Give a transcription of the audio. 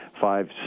five